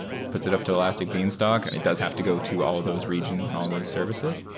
puts it up to elastic beanstalk and it does have to go to all of those regions and all those services.